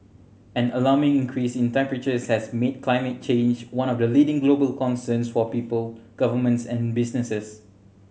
an alarming increase in temperatures has made climate change one of the leading global concerns for people governments and businesses